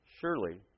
Surely